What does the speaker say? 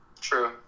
true